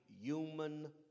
human